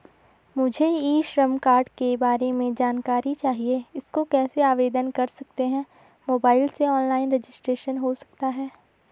मुझे e Shram card के बारे में जानकारी चाहिए इसको कैसे आवेदन कर सकते हैं मोबाइल से ऑनलाइन रजिस्ट्रेशन हो सकता है?